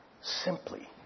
simply